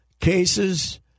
cases